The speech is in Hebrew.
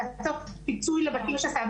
שאמנם מושפעת מבעלי ההון שרוצים את הקרקע ההיא,